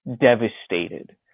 devastated